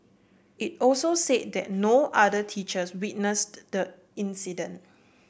it also say that no other teachers witnessed the incident